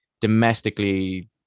domestically